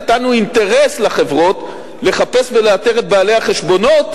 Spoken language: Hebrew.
נתנו אינטרס לחברות לחפש ולאתר את בעלי החשבונות,